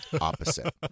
opposite